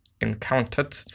encountered